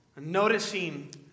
noticing